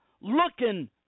looking